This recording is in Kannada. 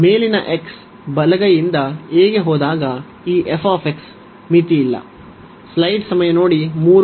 ಮೇಲಿನ x ಬಲಗೈಯಿಂದ a ಗೆ ಹೋದಾಗ ಈ f ಮಿತಿಯಿಲ್ಲ